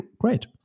great